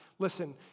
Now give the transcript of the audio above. Listen